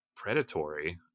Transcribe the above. Predatory